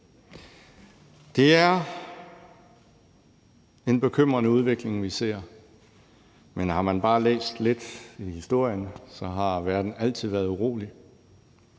Det er en bekymrende udvikling, vi ser. Men har man bare læst lidt i historien, har verden altid været urolig.